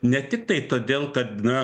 ne tiktai todėl kad na